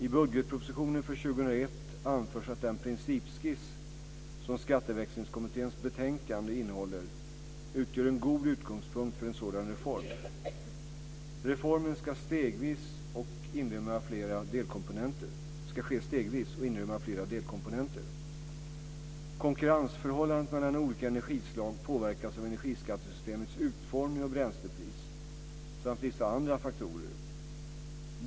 I budgetpropositionen för år 2001 anförs att den principskiss som Skatteväxlingskommitténs betänkande innehåller utgör en god utgångspunkt för en sådan reform. Reformen ska ske stegvis och inrymma flera delkomponenter. Konkurrensförhållandet mellan olika energislag påverkas av energiskattesystemets utformning och bränslepris, samt vissa andra faktorer.